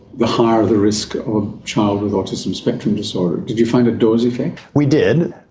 the higher the risk of a child with autism spectrum disorder. did you find a dose effect? we did.